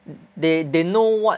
they they know what